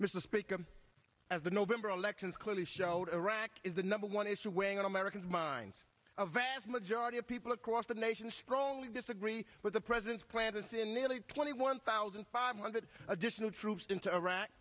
mr speaker of the november elections clearly showed iraq is the number one issue weighing on americans minds a vast majority of people across the nation strongly disagree with the president's plan to nearly twenty one thousand five hundred additional troops into iraq